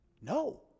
No